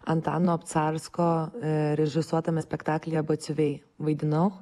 antano obcarsko režisuotame spektaklyje batsiuviai vaidinau